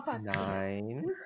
Nine